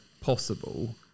possible